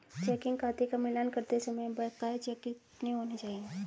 Checking खाते का मिलान करते समय बकाया चेक कितने होने चाहिए?